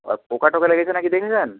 আর পোকা টোকা লেগেছে না কি দেখেছেন